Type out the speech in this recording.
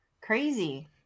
crazy